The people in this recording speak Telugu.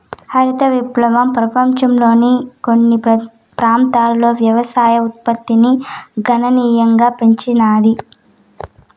హరిత విప్లవం పపంచంలోని కొన్ని ప్రాంతాలలో వ్యవసాయ ఉత్పత్తిని గణనీయంగా పెంచినాది